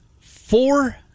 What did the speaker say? Four